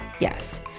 Yes